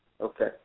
Okay